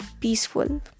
peaceful